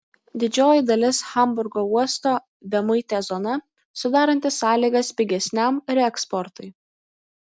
didžioji dalis hamburgo uosto bemuitė zona sudaranti sąlygas pigesniam reeksportui